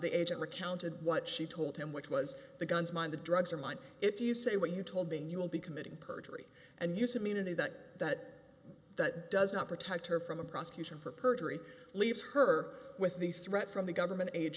the agent recounted what she told him which was the guns mind the drugs are mine if you say what you told then you will be committing perjury and use immunity that that that does not protect her from a prosecution for perjury leaves her with the threat from the government age